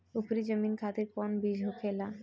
उपरी जमीन खातिर कौन बीज होखे?